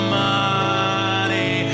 money